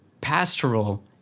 pastoral